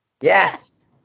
Yes